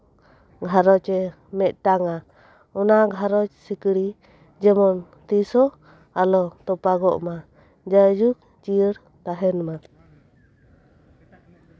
ᱜᱷᱟᱸᱨᱚᱧᱡᱽ ᱮ ᱢᱤᱫᱴᱟᱱᱟ ᱚᱱᱟ ᱜᱷᱟᱸᱨᱚᱡᱽ ᱥᱤᱠᱲᱤ ᱡᱮᱢᱚᱱ ᱛᱤᱥᱦᱚᱸ ᱟᱞᱚ ᱛᱚᱯᱟᱜᱚᱜ ᱢᱟ ᱡᱟᱭ ᱡᱩᱜᱽ ᱡᱤᱭᱟᱹᱲ ᱛᱟᱦᱮᱸᱱᱢᱟ